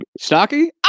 Stocky